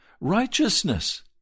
righteousness